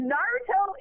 Naruto